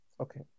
okay